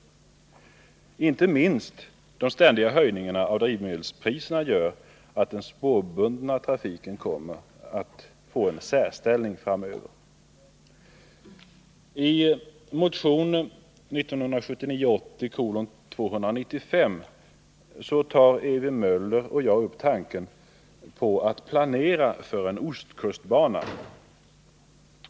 Inte minst de ständiga höjningarna av drivmedelspriserna gör att den spårbundna trafiken kommer i en särställning. I motion 1979/80:295 tar jag och Ewy Möller upp tanken på att planera för en ostkustbana.